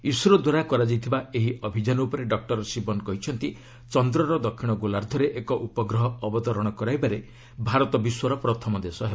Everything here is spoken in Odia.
ଇସ୍ରୋ ଦ୍ୱାରା କରାଯାଇଥିବା ଏହି ଅଭିଯାନ ଉପରେ ଡକ୍କର ଶିବନ କହିଛନ୍ତି ଚନ୍ଦ୍ରରର ଦକ୍ଷିଣ ଗୋଲାର୍ଦ୍ଧରେ ଏକ ଉପଗ୍ରହ ଅବତରଣ କରାଇବାରେ ଭାରତ ବିଶ୍ୱର ପ୍ରଥମ ଦେଶ ହେବ